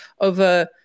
over